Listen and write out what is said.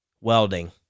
Welding